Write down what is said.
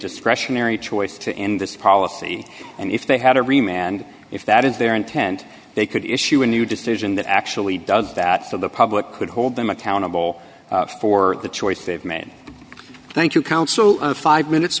discretionary choice to end this policy and if they had every man and if that is their intent they could issue a new decision that actually does that so the public could hold them accountable for the choice they've made thank you council five minutes